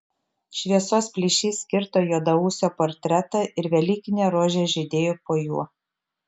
šviesos plyšys kirto juodaūsio portretą ir velykinė rožė žydėjo po juo